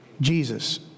Jesus